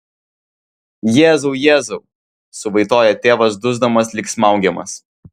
jėzau jėzau suvaitoja tėvas dusdamas lyg smaugiamas